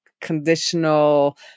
conditional